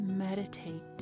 meditate